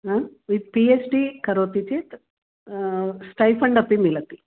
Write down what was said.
ह वित् P H D करोति चेत् स्टैफण्ड् अपि मिलति